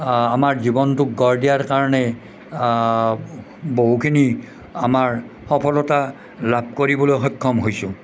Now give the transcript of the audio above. আমাৰ জীৱনটোক গঢ় দিয়াৰ কাৰণে বহুখিনি আমাৰ সফলতা লাভ কৰিবলৈ সক্ষম হৈছোঁ